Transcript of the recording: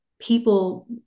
people